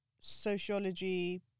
sociology